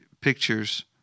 pictures